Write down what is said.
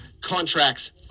contracts